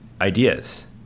ideas